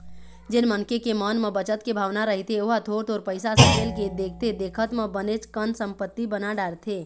जेन मनखे के मन म बचत के भावना रहिथे ओहा थोर थोर पइसा सकेल के देखथे देखत म बनेच कन संपत्ति बना डारथे